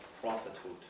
prophethood